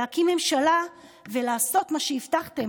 להקים ממשלה ולעשות מה שהבטיחו,